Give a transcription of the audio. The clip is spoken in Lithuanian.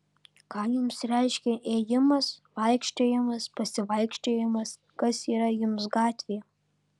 ką jums reiškia ėjimas vaikščiojimas pasivaikščiojimas kas yra jums gatvė